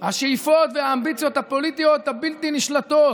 השאיפות והאמביציות הפוליטיות הבלתי-נשלטות,